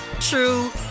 true